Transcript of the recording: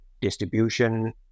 distribution